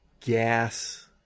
gas